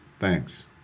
Thanks